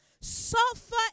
Suffer